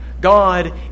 God